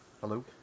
Hello